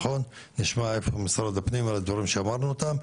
נשמע את משרד הפנים על הדברים שאמרנו כאן.